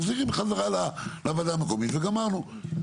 מחזירים בחזרה לוועדה המקומית וגמרנו.